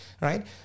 right